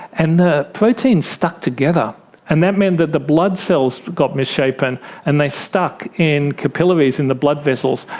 and the protein stuck together and that meant that the blood cells got misshapen and they stuck in capillaries in the blood vessels,